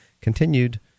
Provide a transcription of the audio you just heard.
continued